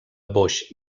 boix